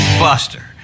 Buster